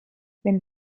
wenn